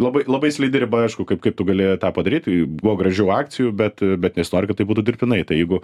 labai labai slidi riba aišku kaip kaip tu galėjai tą padaryt į buvo gražių akcijų bet bet nesinori kad tai būtų dirbtinai tai jeigu